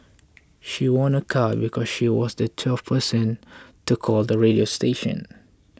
she won a car because she was the twelfth person to call the radio station